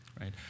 right